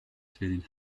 feeling